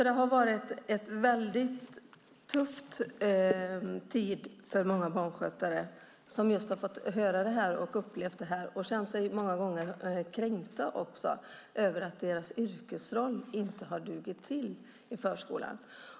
Det har alltså varit en väldigt tuff tid för många barnskötare som har fått höra och uppleva det här, och de har många gånger även känt sig kränkta över att deras yrkesroll inte har dugt i förskolan.